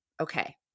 okay